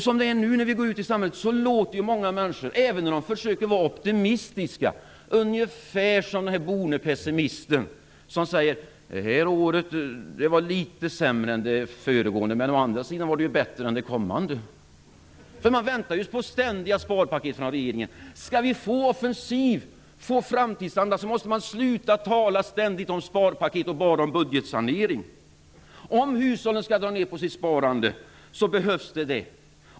Som det är nu låter många människor i samhället, även när de försöker att vara optimistiska, ungefär som den borne pessimisten som säger: Det här året var litet sämre än det föregående, men å andra sidan är det bättre än det kommande! Man väntar på ständiga sparpaket från regeringen. Skall vi få en offensiv och en framtidsanda måste man sluta att ständigt tala om sparpaket och budgetsanering. Om hushållen skall dra ner på sitt sparande behövs detta.